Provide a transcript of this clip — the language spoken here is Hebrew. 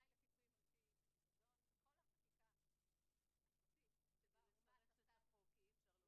ממשרד הכלכלה תבהיר אחר כך את עמדת השר,